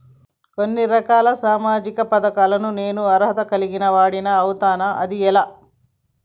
కొన్ని రకాల సామాజిక పథకాలకు నేను అర్హత కలిగిన వాడిని అవుతానా? అది ఎలా?